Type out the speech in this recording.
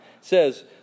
says